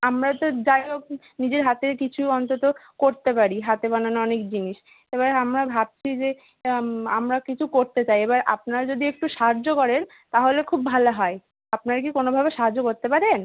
আমরা তো যাই হোক নিজের হাতে কিছু অন্তত করতে পারি হাতে বানানো অনেক জিনিস এবার আমরা ভাবছি যে আমরা কিছু করতে চাই এবার আপনারা যদি একটু সাহায্য করেন তাহলে খুব ভালো হয় আপনারা কি কোনোভাবে সাহায্য করতে পারেন